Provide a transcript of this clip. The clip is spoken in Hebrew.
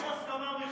יש הסכמה באולם,